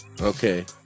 Okay